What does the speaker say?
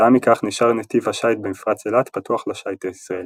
כתוצאה מכך נשאר נתיב השייט במפרץ אילת פתוח לשיט הישראלי.